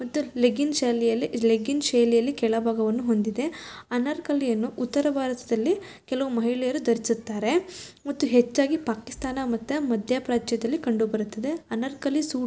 ಮತ್ತು ಲೆಗ್ಗಿನ್ ಶೈಲಿಯಲ್ಲಿ ಲೆಗ್ಗಿನ್ ಶೈಲಿಯಲ್ಲಿ ಕೆಳಭಾಗವನ್ನು ಹೊಂದಿದೆ ಅನಾರ್ಕಲಿಯನ್ನು ಉತ್ತರ ಭಾರತದಲ್ಲಿ ಕೆಲವು ಮಹಿಳೆಯರು ಧರಿಸುತ್ತಾರೆ ಮತ್ತು ಹೆಚ್ಚಾಗಿ ಪಾಕಿಸ್ತಾನ ಮತ್ತು ಮಧ್ಯ ಪ್ರಾಚ್ಯದಲ್ಲಿ ಕಂಡುಬರುತ್ತದೆ ಅನಾರ್ಕಲಿ ಸೂಟ್